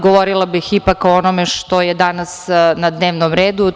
Govorila bih ipak o onome što je danas na dnevnom redu.